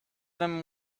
them